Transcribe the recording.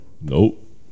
Nope